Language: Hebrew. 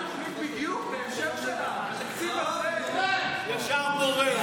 ישר בורח.